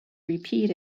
repeat